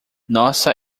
nossa